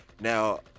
now